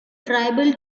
tribal